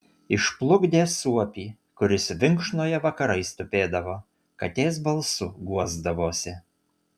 išplukdė suopį kuris vinkšnoje vakarais tupėdavo katės balsu guosdavosi